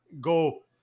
go